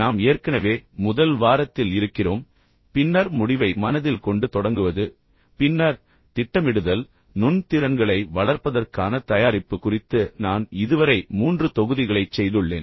நாம் ஏற்கனவே முதல் வாரத்தில் இருக்கிறோம் பின்னர் முடிவை மனதில் கொண்டு தொடங்குவது பின்னர் திட்டமிடுதல் நுண் திறன்களை வளர்ப்பதற்கான தயாரிப்பு குறித்து நான் இதுவரை மூன்று தொகுதிகளைச் செய்துள்ளேன்